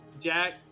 Jack